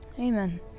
amen